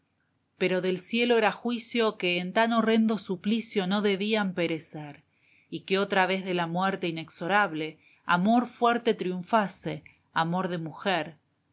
pero del cielo era juicio que en tan horrendo suplicio no debían perecer y que otra vez de la muerte inexorable amor fuerte triunfase amor de mujer